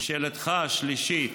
לשאלתך השלישית,